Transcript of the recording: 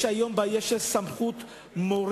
יש היום בעיה של סמכות מורית.